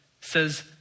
says